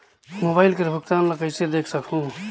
Mobile कर भुगतान ला कइसे देख सकहुं?